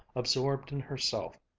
absorbed in herself,